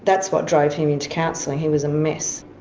that's what drove him into counselling. he was a mess.